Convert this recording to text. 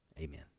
Amen